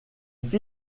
fit